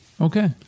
Okay